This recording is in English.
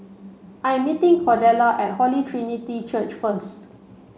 I'm meeting Cordella at Holy Trinity Church first